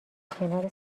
کنار